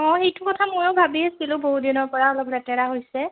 অঁ এইটো কথা ময়ো ভাবি আছিলোঁ বহুত দিনৰ পৰা অলপ লেতেৰা হৈছে